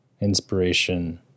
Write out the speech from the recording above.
inspiration